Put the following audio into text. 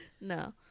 no